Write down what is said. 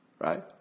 right